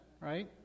right